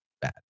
bad